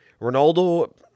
Ronaldo